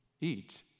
Eat